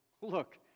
Look